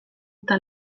eta